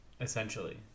essentially